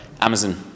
Amazon